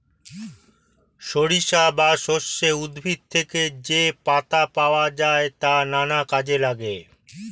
সরিষা বা সর্ষে উদ্ভিদ থেকে যে পাতা পাওয়া যায় তা নানা কাজে লাগে